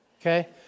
Okay